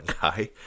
guy